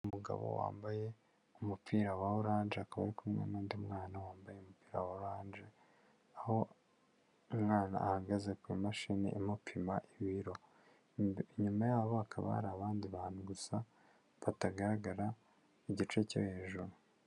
Umugabo wambaye umupira wa oranje akaba ari kumwe n'undi mwana wambaye umupira wa oranje, aho umwana ahagaze kumashini imupima ibiro, inyuma yabo hakaba hari abandi bantu gusa batagaragara gice cyo hejuru.